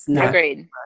Agreed